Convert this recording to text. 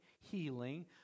healing